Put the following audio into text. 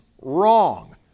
wrong